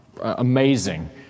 amazing